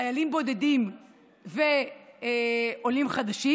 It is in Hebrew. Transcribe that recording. חיילים בודדים ועולים חדשים